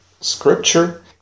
Scripture